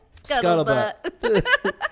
Scuttlebutt